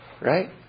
Right